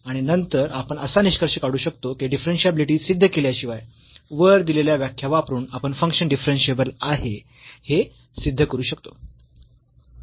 आणि नंतर आपण असा निष्कर्ष काढू शकतो की डिफरन्शियाबिलिटी सिध्द केल्याशिवाय वर दिलेल्या व्याख्या वापरून आपण फंक्शन डिफरन्शियेबल आहे हे सिध्द करू शकतो